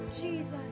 Jesus